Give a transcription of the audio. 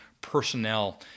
personnel